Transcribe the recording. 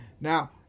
Now